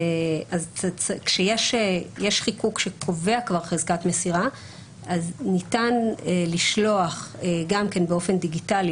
כשיש חיקוק שקובע כבר חזקת מסירה אז ניתן לשלוח גם כן באופן דיגיטלי,